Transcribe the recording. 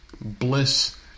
bliss